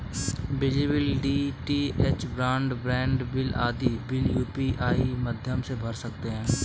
बिजली bill, DTH broadband bill आदि bill UPI माध्यम से भरे जा सकते हैं